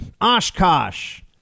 Oshkosh